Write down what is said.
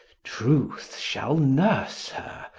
truth shall nurse her,